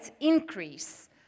increase